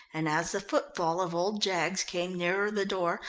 and as the footfall of old jaggs came nearer the door,